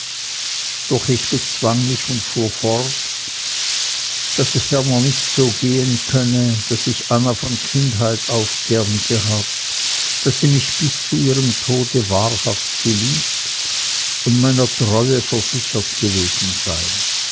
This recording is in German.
doch ich bezwang mich und fuhr fort daß es ferner nicht so gehen könne daß ich anna von kindheit auf gern gehabt daß sie mich bis zu ihrem tode wahrhaftge liebt und meiner treue versichert gewesen sei